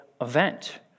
event